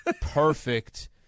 perfect